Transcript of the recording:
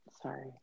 Sorry